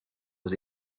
aux